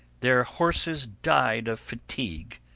their horses died of fatigue.